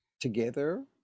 together